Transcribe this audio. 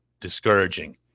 discouraging